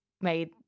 made